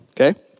okay